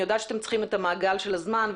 אני יודעת שאתם צריכים את המעגל של הזמן,